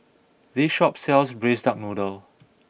this shop sells Braised Duck Noodle